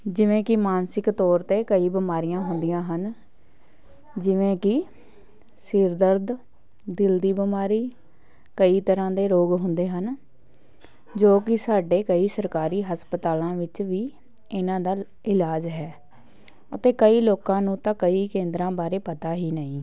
ਜਿਵੇਂ ਕਿ ਮਾਨਸਿਕ ਤੌਰ 'ਤੇ ਕਈ ਬਿਮਾਰੀਆਂ ਹੁੰਦੀਆਂ ਹਨ ਜਿਵੇਂ ਕਿ ਸਿਰ ਦਰਦ ਦਿਲ ਦੀ ਬਿਮਾਰੀ ਕਈ ਤਰ੍ਹਾਂ ਦੇ ਰੋਗ ਹੁੰਦੇ ਹਨ ਜੋ ਕਿ ਸਾਡੇ ਕਈ ਸਰਕਾਰੀ ਹਸਪਤਾਲਾਂ ਵਿੱਚ ਵੀ ਇਹਨਾਂ ਦਾ ਇਲਾਜ ਹੈ ਅਤੇ ਕਈ ਲੋਕਾਂ ਨੂੰ ਤਾਂ ਕਈ ਕੇਂਦਰਾਂ ਬਾਰੇ ਪਤਾ ਹੀ ਨਹੀਂ